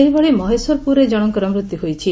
ସେହିଭଳି ମହେଶ୍ୱରପୁରରେ ଜଶଙ୍କର ମୃତ୍ୟୁ ହୋଇଛି